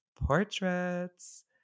portraits